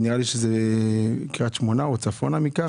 נראה לי שזה בקריית שמונה או צפונה משם.